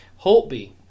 Holtby